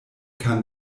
kann